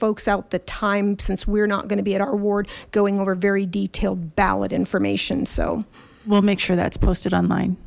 folks out the time since we're not going to be at our award going over very detailed ballot information so we'll make sure that's posted online